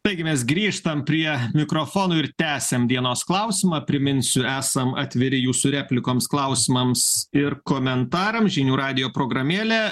taigi mes grįžtam prie mikrofonų ir tęsiam dienos klausimą priminsiu esam atviri jūsų replikoms klausimams ir komentarams žinių radijo programėlė